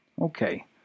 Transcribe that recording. Okay